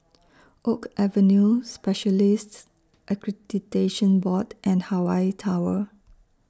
Oak Avenue Specialists Accreditation Board and Hawaii Tower